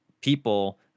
people